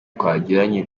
twagiranye